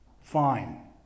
fine